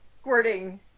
Squirting